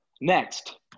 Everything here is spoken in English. Next